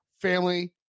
family